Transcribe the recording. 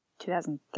2003